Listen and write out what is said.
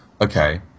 okay